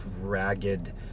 ragged